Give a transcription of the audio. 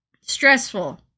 Stressful